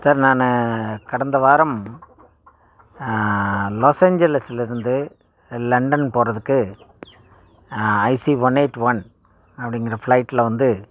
sir நான் கடந்த வாரம் லாஸ்ஏஞ்சலஸ்சில் இருந்து லண்டன் போகிறதுக்கு ஐசி ஒன் எயிட் ஒன் அப்படிங்கிற ஃப்ளைட்டில் வந்து